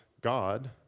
god